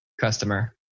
customer